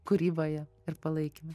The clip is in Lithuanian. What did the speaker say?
kūryboje ir palaikyme